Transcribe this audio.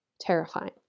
terrifying